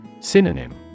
Synonym